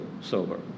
sober